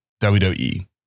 WWE